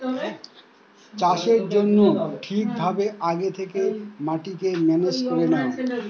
চাষের জন্য ঠিক ভাবে আগে থেকে মাটিকে ম্যানেজ করে নেয়